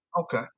Okay